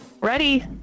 Ready